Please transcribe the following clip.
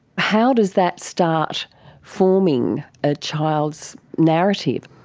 how does that start forming a child's narrative?